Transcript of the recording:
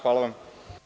Hvala vam.